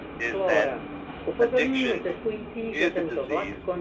is that addiction is a disease,